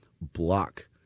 block